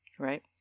Right